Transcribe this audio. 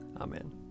Amen